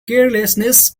carelessness